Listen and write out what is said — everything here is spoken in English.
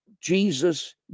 Jesus